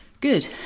Good